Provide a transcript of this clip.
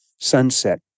Sunset